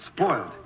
spoiled